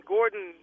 Gordon